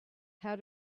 how